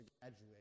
graduate